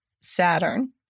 Saturn